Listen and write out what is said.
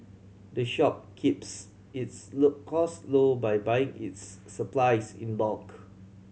the shop keeps its costs low by buying its supplies in bulk